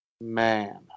man